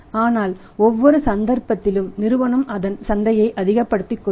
ஆனால் ஒவ்வொரு சந்தர்ப்பத்திலும் நிறுவனம் அதன் சந்தையை அதிகப்படுத்திக் கொள்ளும்